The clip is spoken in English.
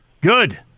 Good